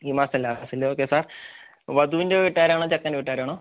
ഈ മാസം ലാസ്റ്റ് അല്ലെ ഓക്കെ സർ വധുവിൻ്റെ വീട്ടുകാരാണോ ചെക്കൻ്റെ വീട്ടുകാരാണോ